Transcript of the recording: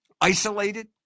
isolated